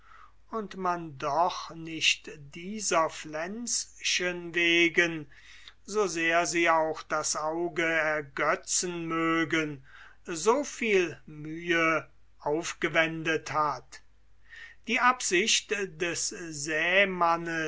und man doch nicht dieser pflänzchen wegen so sehr sie auch das auge ergötzen mögen so viel mühe aufgewendet hat die absicht des